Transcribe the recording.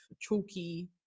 chalky